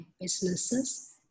businesses